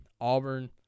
Auburn